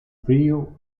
frío